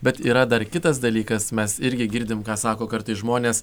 bet yra dar kitas dalykas mes irgi girdim ką sako kartais žmonės